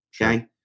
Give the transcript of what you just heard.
Okay